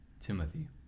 Timothy